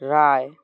রায়